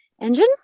engine